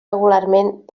regularment